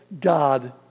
God